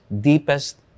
deepest